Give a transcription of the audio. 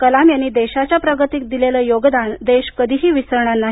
कलाम यांनी देशाच्या प्रगतीत दिलेलं योगदान देश कधीही विसरणार नाही